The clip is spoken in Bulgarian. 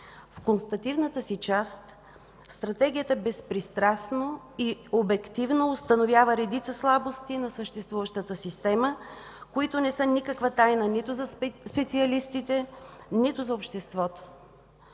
В констативната си част Стратегията безпристрастно и обективно отразява редица слабости на съществуващата система, които не са никаква тайна нито за специалистите, нито за обществото.